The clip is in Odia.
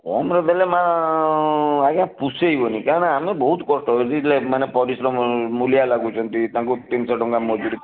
କମରେ ଦେଲେ ମା ଆଜ୍ଞା ପୋଷେଇବନାହିଁ କାରଣ ଆମେ ବହୁତ କଷ୍ଟ ମାନେ ପରିଶ୍ରମ ମୁଲିଆ ଲାଗୁଛନ୍ତି ତାଙ୍କୁ ତିନିଶହ ଟଙ୍କା ମଜୁରୀ